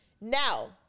Now